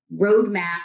roadmap